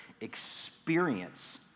experience